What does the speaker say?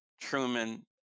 Truman